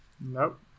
Nope